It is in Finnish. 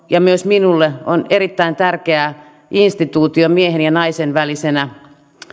ja myös minulle avioliitto on erittäin tärkeä instituutio miehen ja naisen välisenä